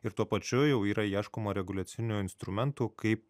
ir tuo pačiu jau yra ieškoma reguliacinių instrumentų kaip